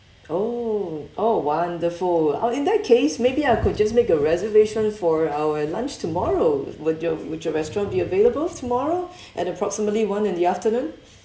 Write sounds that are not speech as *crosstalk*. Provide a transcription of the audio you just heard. oh oh wonderful oh in that case maybe I could just make a reservation for our lunch tomorrow would your would your restaurant be available tomorrow *breath* at approximately one in the afternoon